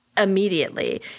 immediately